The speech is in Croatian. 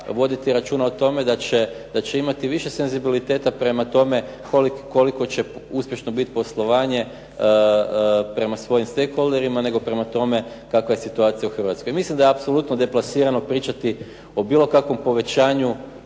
voditi računa o tome da će imati više senzibiliteta prema tome koliko će uspješno biti poslovanje prema svojim stake holderima, nego prema tome kakva je situacija u Hrvatskoj. Mislim da je apsolutno deplasirano pričati o bilo kakvom povećanju